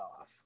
off